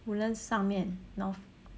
woodlands 上面 north